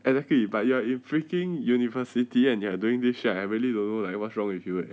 exactly but you are in freaking university and they're doing this shit I really don't know like what's wrong with you eh